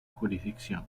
jurisdicción